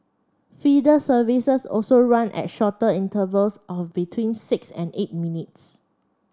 feeder services also run at shorter intervals of between six and eight minutes